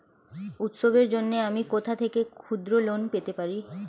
উৎসবের জন্য আমি কোথা থেকে ক্ষুদ্র লোন পেতে পারি?